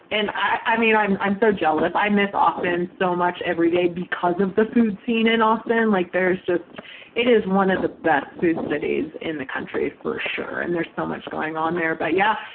and i mean, i'm i'm so jealous. i miss austin so much every day because of the food scene in austin. like there's just it is one of the best food cities in the country, for sure, and there's so much going on there. but yeah,